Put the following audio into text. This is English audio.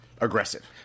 aggressive